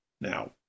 Now